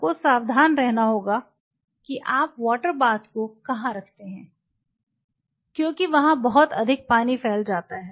आपको सावधान रहना होगा कि आप वाटर बाथ को कहाँ रखते हैं क्योंकि वहां बहुत अधिक पानी फैल जाता है